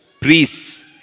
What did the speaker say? priests